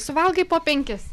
suvalgai po penkis